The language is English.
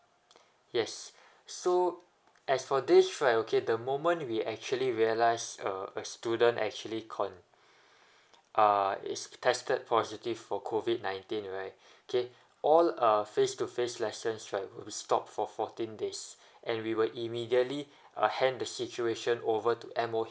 yes so as for this right okay the moment we actually realized a a student actually con~ uh is tested positive for COVID nineteen right okay all uh face to face lessons right will stop for fourteen days and we will immediately uh hand the situation over to M_O_H